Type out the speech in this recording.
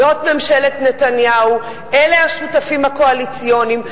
זאת ממשלת נתניהו, אלה השותפים הקואליציוניים.